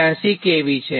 82kV છે